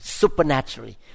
supernaturally